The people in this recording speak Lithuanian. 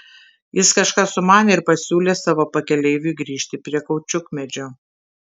jis kažką sumanė ir pasiūlė savo pakeleiviui grįžti prie kaučiukmedžio